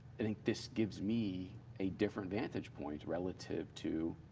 i think this gives me a different vantage point relative to,